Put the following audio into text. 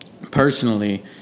personally